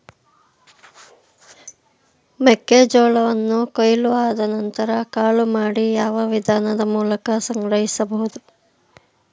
ಮೆಕ್ಕೆ ಜೋಳವನ್ನು ಕೊಯ್ಲು ಆದ ನಂತರ ಕಾಳು ಮಾಡಿ ಯಾವ ವಿಧಾನದ ಮೂಲಕ ಸಂಗ್ರಹಿಸಬಹುದು?